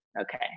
okay